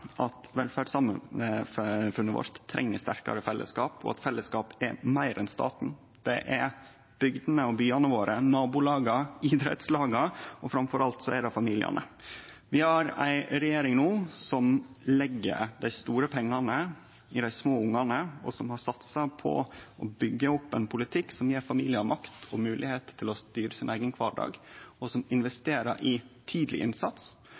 er bygdene og byane våre, nabolaga, idrettslaga, og framfor alt er det familiane. Vi har ei regjering no som legg dei store pengane i dei små ungane, og som har satsa på å byggje opp ein politikk som gjev familiar makt og moglegheit til å styre sin eigen kvardag, og som investerer i tidleg innsats.